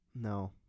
No